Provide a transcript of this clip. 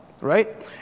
Right